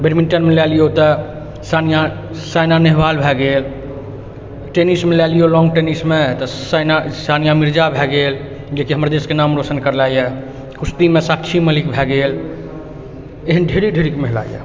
बैडमिंटनमे लए लियौ तऽ सानिया साइना नेहवाल भए गेल टेनिसमे लए लियौ लान टेनिसमे तऽ साइना सानिया मिर्जा भए गेल जेकि हमर देशके नाम रौशन करला यऽ कुश्तीमे साक्षी मलिक भए गेल एहन ढ़्रेरिक ढ़ेरी महिला यऽ